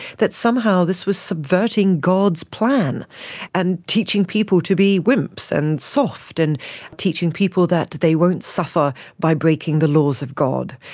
that somehow this was subverting god's plan and teaching people to be wimps and soft and teaching people that that they won't suffer by breaking the laws of god.